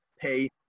pay